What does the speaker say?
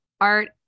art